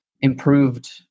improved